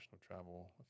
travel